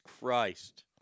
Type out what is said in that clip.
Christ